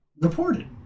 reported